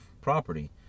property